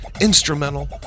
instrumental